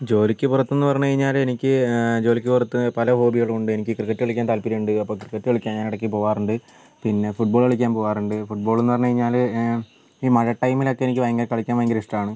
ജോലിക്ക് പുറത്ത് എന്ന് പറഞ്ഞ് കഴിഞ്ഞാൽ എനിക്ക് ജോലിക്ക് പുറത്ത് പല ഹോബികളും ഉണ്ട് എനിക്ക് ക്രിക്കറ്റ് കളിക്കാൻ താല്പര്യം ഉണ്ട് അപ്പം ക്രിക്കറ്റ് കളിക്കാൻ ഞാൻ ഇടക്ക് പോകാറുണ്ട് പിന്നെ ഫുട്ബോൾ കളിക്കാൻ പോകാറുണ്ട് ഫുട്ബോള് എന്ന് പറഞ്ഞ് കഴിഞ്ഞാൽ ഈ മഴ ടൈമിൽ ഒക്കെ എനിക്ക് ഭയങ്കര കളിക്കാൻ ഭയങ്കര ഇഷ്ടമാണ്